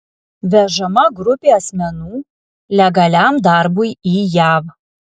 vežama grupė asmenų legaliam darbui į jav